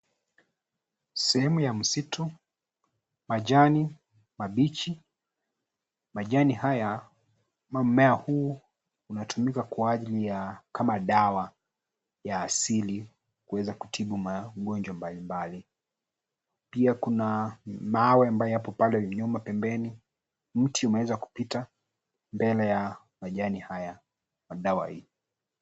Sehemu ya msitu, majani mabichi majani haya ama mmea huu unatumika kwa ajili ya kama dawa ya asili kuweza kutibu magonjwa mbali mbali. Pia kuna mawe ambayo yapo pale nyuma pembeni. Mti umeweza kupita mbele ya majani haya ya dawa hii